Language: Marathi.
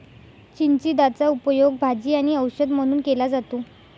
चिचिंदाचा उपयोग भाजी आणि औषध म्हणून केला जातो